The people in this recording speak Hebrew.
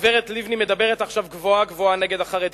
לחברי כנסת יש קריאה טרומית.